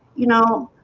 you know,